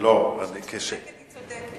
כשהיא צודקת, היא צודקת.